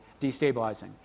destabilizing